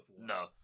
No